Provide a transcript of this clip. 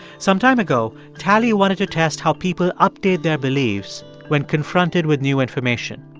some time ago, tali wanted to test how people update their beliefs when confronted with new information.